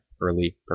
early